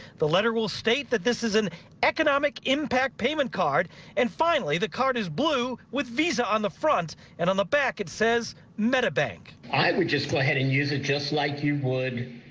the letter will state that this is an economic impact payment card and finally the card is blue with these ah on the front and on the back it says metabank i would just go ahead and use it just like you would.